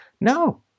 No